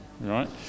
right